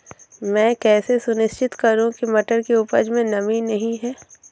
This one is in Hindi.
मैं कैसे सुनिश्चित करूँ की मटर की उपज में नमी नहीं है?